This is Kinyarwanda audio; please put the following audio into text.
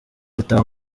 gutaha